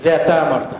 זה אתה אמרת.